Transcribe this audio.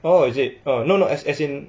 oh is it oh no as as in